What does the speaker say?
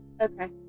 Okay